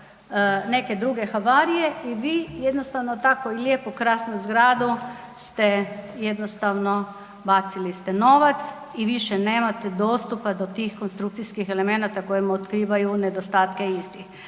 neke druge havarije i vi jednostavno tako lijepu, krasnu zgradu ste jednostavno bacili ste novac i više nemate dostupa do tih konstrukcijskih elemenata koji vam otkrivaju nedostatke istih.